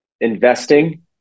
investing